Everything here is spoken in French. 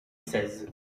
seize